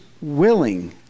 willing